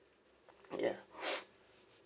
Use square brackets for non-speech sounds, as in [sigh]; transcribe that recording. ya [noise]